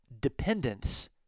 dependence